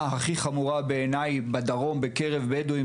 שבעיניי היא הכי חמורה שמתבצעת בקרוב בדואים בדרום,